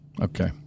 Okay